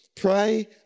pray